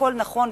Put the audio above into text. הכול נכון,